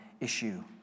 issue